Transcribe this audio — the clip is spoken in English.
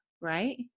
right